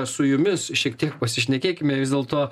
su jumis šiek tiek pasišnekėkim vis dėlto